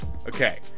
Okay